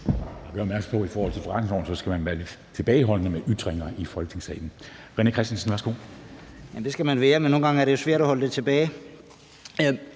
Det skal man være, men nogle gange er det jo svært at holde det tilbage.